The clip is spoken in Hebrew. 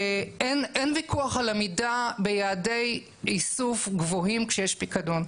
אין ויכוח על עמידה ביעדי איסוף גבוהים כשיש פיקדון.